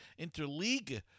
interleague